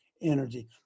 energy